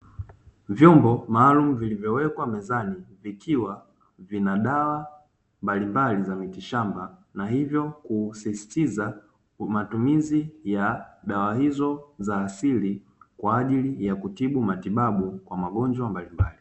Vyombo maalum vilivyowekwa mezani vikiwa vina dawa mbalimbali za mitishamba, na hivyo kusisitiza matumizi ya dawa hizo za asili kwa ajili ya kutibu matibabu kwa magonjwa mbalimbali.